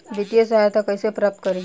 वित्तीय सहायता कइसे प्राप्त करी?